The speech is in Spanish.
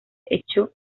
hecho